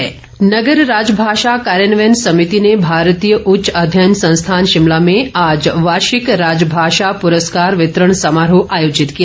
राजभाषा नगर राजभाषा कार्यान्वयन सभिति ने भारतीय उच्च अध्ययन संस्थान शिमला में आज वार्षिक राजभाषा पुरस्कार वितरण समारोह आयोजित किया